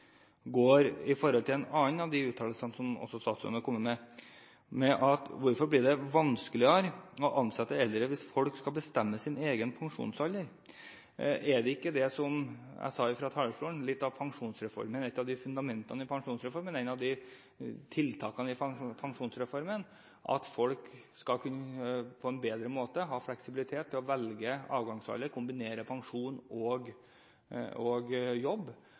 går utmerket an. Mine spørsmål går på en annen av de uttalelsene som statsråden har kommet med. Hvorfor blir det vanskeligere å ansette eldre hvis folk skal bestemme sin egen pensjonsalder? Er det ikke, som jeg sa fra talerstolen, et av fundamentene i pensjonsreformen, et av tiltakene i pensjonsreformen, at folk på en bedre måte skal kunne ha fleksibilitet til å velge avgangsalder, kombinere pensjon og jobb, og